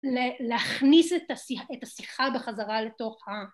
להכניס את השיחה בחזרה לתוך ה...